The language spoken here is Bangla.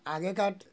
আগেকার